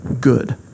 good